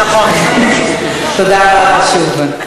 נכון, תודה רבה שוב.